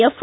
F